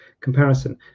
comparison